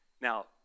Now